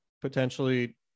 potentially